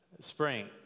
Spring